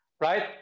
right